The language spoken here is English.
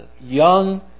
Young